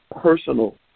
personal